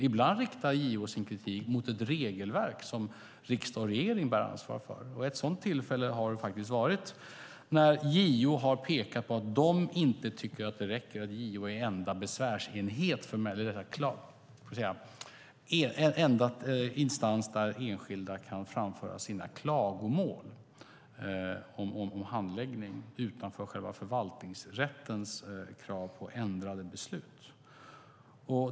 Ibland riktar JO sin kritik mot ett regelverk som riksdag och regering bär ansvar för. Ett sådant tillfälle har det faktiskt varit när JO har pekat på att de inte tycker att det räcker att JO är den enda instans där enskilda kan framföra sina klagomål när det gäller handläggning utanför själva förvaltningsrättens krav på ändrade beslut.